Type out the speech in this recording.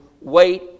wait